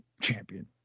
champion